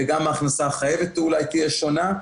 וגם ההכנסה החייבת אולי תהיה שונה.